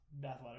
bathwater